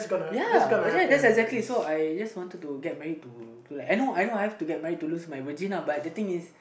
ya okay yes exactly so I just wanted to get married to to like I know I know I have to get married to lose my virgin lah but the thing is